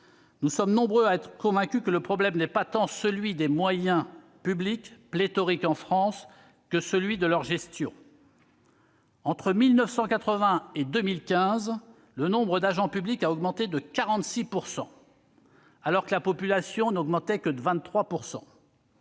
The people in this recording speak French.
Nous sommes nombreux à être convaincus que le problème est non pas tant celui des moyens publics, pléthoriques en France, que celui de leur gestion. Entre 1980 et 2015, le nombre d'agents publics a augmenté de 46 % alors que la population ne croissait que de 23 %.